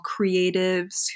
creatives